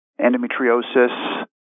endometriosis